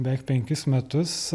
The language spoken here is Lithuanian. beveik penkis metus